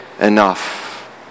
enough